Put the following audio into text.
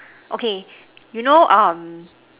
okay you know um